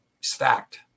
stacked